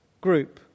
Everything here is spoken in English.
group